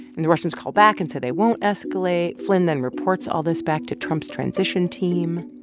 and the russians call back and said they won't escalate. flynn then reports all this back to trump's transition team.